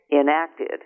enacted